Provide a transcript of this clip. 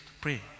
pray